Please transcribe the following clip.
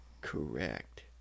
Correct